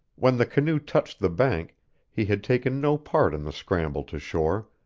when the canoe touched the bank he had taken no part in the scramble to shore,